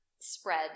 spread